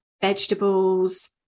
vegetables